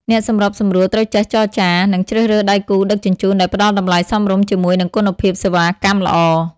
អ្នកសម្របសម្រួលត្រូវចេះចរចា និងជ្រើសរើសដៃគូដឹកជញ្ជូនដែលផ្តល់តម្លៃសមរម្យជាមួយនឹងគុណភាពសេវាកម្មល្អ។